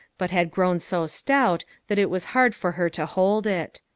but had grown so stout that it was hard for her to hold it.